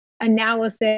Analysis